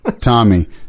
Tommy